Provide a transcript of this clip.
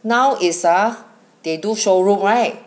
now it's ah they do showroom right